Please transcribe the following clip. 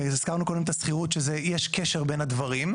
וגם הזכרנו מקודם את השכירות ושיש קשר בין הדברים.